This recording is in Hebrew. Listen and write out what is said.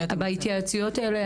בהתייעצויות האלה,